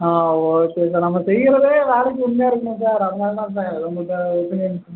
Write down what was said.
ஆ okay sir நம்ம செய்யிறதே வேலைக்கு உண்மையாக இருக்கணும் சார் அதனால் தான் சார் உங்கள்கிட்ட ஒப்பீனியன்